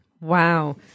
wow